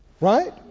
Right